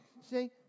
See